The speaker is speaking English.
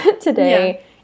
today